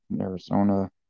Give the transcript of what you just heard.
Arizona